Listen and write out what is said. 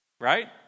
Right